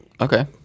Okay